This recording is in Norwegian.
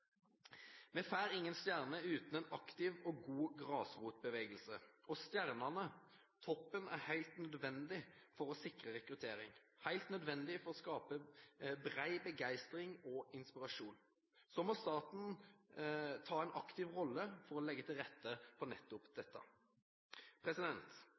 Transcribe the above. Vi får ingen stjerner uten en aktiv og god grasrotbevegelse, og stjernene – toppen – er helt nødvendige for å sikre rekruttering, helt nødvendige for å skape bred begeistring og inspirasjon, og så må staten ta en aktiv rolle for å legge til rette for nettopp